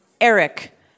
Eric